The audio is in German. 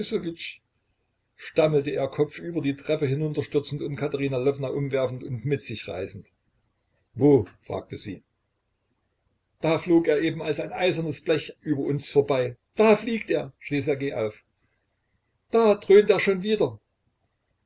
stammelte er kopfüber die treppe hinunterstürzend und katerina lwowna umwerfend und mit sich reißend wo fragte sie da flog er eben als ein eisernes blech über uns vorbei da fliegt er schrie ssergej auf da dröhnt er schon wieder